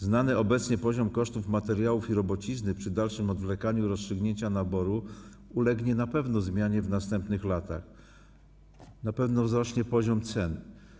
Znany obecnie poziom kosztów materiałów i robocizny przy dalszym odwlekaniu rozstrzygnięcia naboru na pewno ulegnie zmianie w następnych latach, na pewno wzrośnie poziom cen.